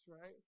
right